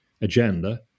agenda